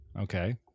Okay